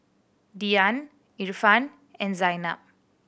Dian Irfan and Zaynab